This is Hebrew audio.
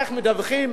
איך מדווחים,